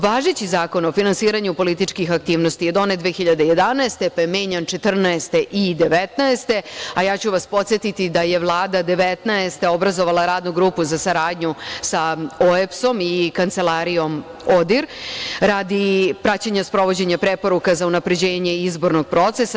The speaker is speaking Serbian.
Važeći Zakon o finansiranju političkih aktivnosti je donet 2011. godine, pa je menjan 2014. i 2019. godine, a ja ću vas podsetiti da je Vlada 2019. godine obrazovala Radnu grupu za saradnju sa OEPS-om i Kancelarijom ODIR radi praćenja sprovođenja preporuka za unapređenje izbornog procesa.